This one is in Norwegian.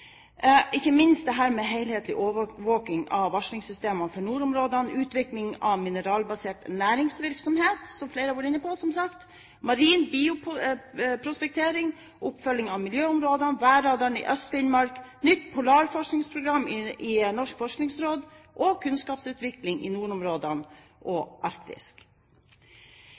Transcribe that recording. ikke minst når det gjelder dette med helhetlig overvåking av varslingssystemene for nordområdene, utvikling av mineralbasert næringsvirksomhet, som flere har vært inne på, som sagt, marin bioprospektering, oppfølging av miljøområder, værradar i Øst-Finnmark, nytt polarforskningsprogram i Norges forskningsråd, kunnskapsutvikling i nordområdene og Arktisk.